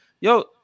Yo